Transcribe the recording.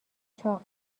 چاق